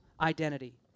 identity